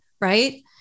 right